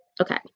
Okay